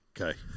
Okay